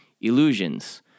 Illusions